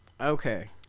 Okay